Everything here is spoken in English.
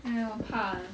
!aiyo! 怕 ah